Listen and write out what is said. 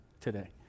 today